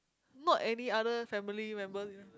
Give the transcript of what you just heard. not any other family members ya